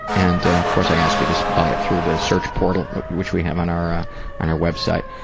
and of course i ask you to buy it through the search portal which we have on our ah on our website.